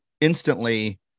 instantly